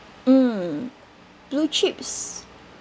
mm blue chips